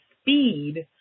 speed